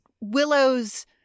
Willow's